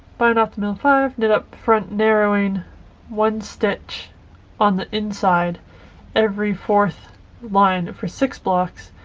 bind off to middle five, knit up front narrowing one stitch on the inside every fourth line for six blocks,